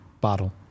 bottle